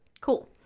cool